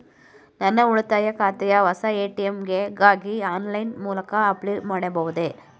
ನನ್ನ ಉಳಿತಾಯ ಖಾತೆಯ ಹೊಸ ಎ.ಟಿ.ಎಂ ಗಾಗಿ ಆನ್ಲೈನ್ ಮೂಲಕ ಅಪ್ಲೈ ಮಾಡಬಹುದೇ?